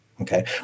Okay